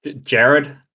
Jared